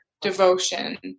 devotion